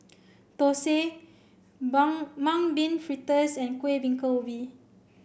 Thosai Bung Mung Bean Fritters and Kueh Bingka Ubi